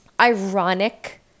ironic